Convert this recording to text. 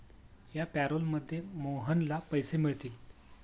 या पॅरोलमध्ये मोहनला पैसे मिळतील